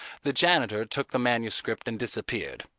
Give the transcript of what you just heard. the janitor took the manuscript and disappeared.